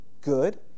good